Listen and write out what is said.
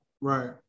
Right